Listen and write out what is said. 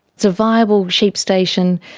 it's a viable sheep station.